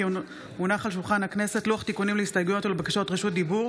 כי הונח על שולחן הכנסת לוח תיקונים להסתייגויות ולבקשות רשות דיבור